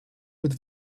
with